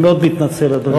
אני מאוד מתנצל, אדוני.